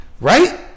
Right